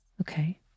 Okay